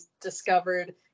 discovered